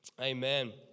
Amen